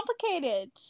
complicated